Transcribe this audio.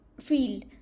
field